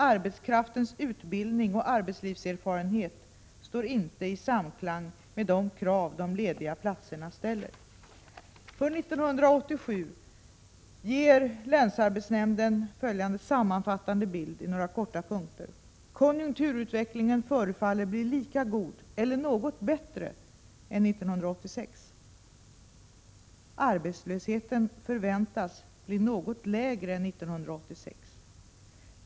Arbetskraftens utbildning och arbetslivserfarenhet står inte i samklang med de krav de lediga platserna ställer. För 1987 ger länsarbetsnämnden följande sammanfattande bild i några korta punkter: - Konjunkturutvecklingen förefaller bli lika god eller något bättre än 1986. - Arbetslösheten förväntas bli något lägre än 1986.